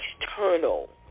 External